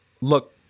look